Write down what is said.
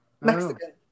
Mexican